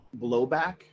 blowback